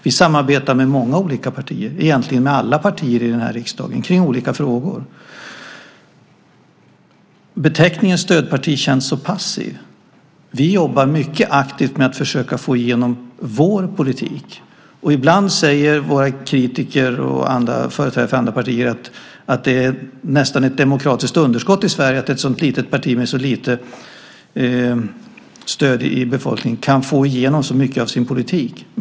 Vi samarbetar med många olika partier i denna riksdag, egentligen med alla partier, om olika frågor. Benämningen stödparti känns väldigt passiv. Vi jobbar faktiskt mycket aktivt för att försöka få igenom vår politik. Ibland säger våra kritiker och företrädare för andra partier att det nästan är fråga om ett demokratiskt underskott i Sverige när ett så litet parti, med så lite stöd bland befolkningen, kan få igenom så mycket av sin politik.